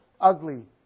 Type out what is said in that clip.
ugly